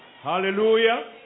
Hallelujah